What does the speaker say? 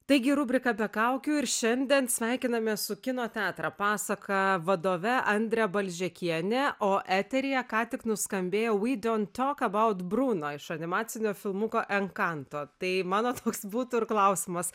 taigi rubrika be kaukių ir šiandien sveikinamės su kino teatrą pasaka vadove andre balžekiene o eteryje ką tik nuskambėjo we dont talk abaut bruno iš animacinio filmuko encanto tai mano toks būtų ir klausimas